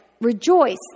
Rejoice